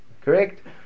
Correct